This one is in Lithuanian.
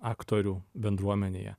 aktorių bendruomenėje